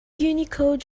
unicode